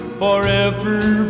forever